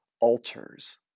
altars